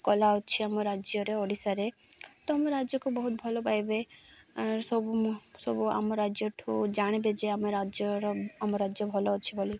କଲା ଅଛି ଆମ ରାଜ୍ୟରେ ଓଡ଼ିଶାରେ ତ ଆମ ରାଜ୍ୟକୁ ବହୁତ ଭଲ ପାଇବେ ସବୁ ସବୁ ଆମ ରାଜ୍ୟଠୁ ଜାଣିବେ ଯେ ଆମ ରାଜ୍ୟର ଆମ ରାଜ୍ୟ ଭଲ ଅଛି ବୋଲି